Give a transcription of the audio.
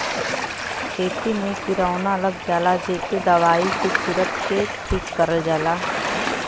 खेती में किरौना लग जाला जेके दवाई के छिरक के ठीक करल जाला